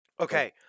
Okay